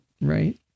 Right